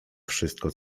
wszystko